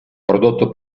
prodotto